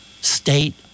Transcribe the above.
state